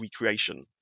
recreation